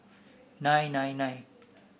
nine nine nine